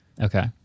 Okay